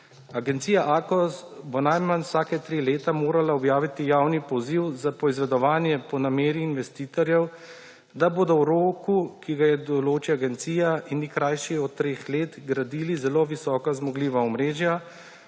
Agencija Akos bo najmanj vsake tri leta morala objaviti javni poziv za poizvedovanje po nameri investitorjev, da bodo v roku, ki ga določa agencija in ni krajši od treh let, gradili zelo visokozmogljiva omrežja,